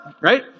right